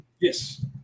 Yes